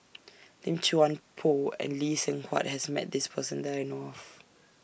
Lim Chuan Poh and Lee Seng Huat has Met This Person that I know of